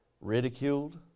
ridiculed